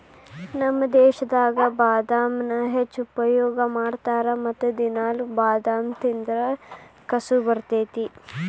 ನಮ್ಮ ದೇಶದಾಗ ಬಾದಾಮನ್ನಾ ಹೆಚ್ಚು ಉಪಯೋಗ ಮಾಡತಾರ ಮತ್ತ ದಿನಾಲು ಬಾದಾಮ ತಿಂದ್ರ ಕಸು ಬರ್ತೈತಿ